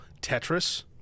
Tetris